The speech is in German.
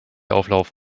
auflauf